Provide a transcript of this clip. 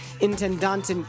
intendant